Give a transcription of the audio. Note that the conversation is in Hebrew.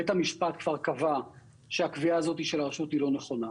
בית המשפט כבר קבע שהקביעה הזאת של הרשות היא לא נכונה.